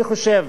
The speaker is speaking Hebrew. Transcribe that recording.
אני חושב